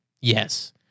yes